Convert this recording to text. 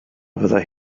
fyddai